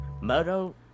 Moto